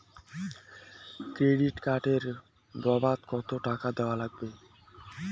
Credit card এর বাবদ কতো টাকা দেওয়া লাগবে?